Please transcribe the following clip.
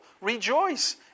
Rejoice